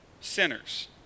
sinners